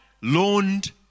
loaned